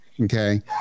okay